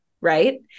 Right